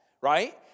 right